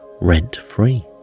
rent-free